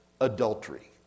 adultery